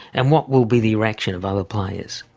and what will be the reaction of other players.